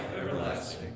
everlasting